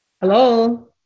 Hello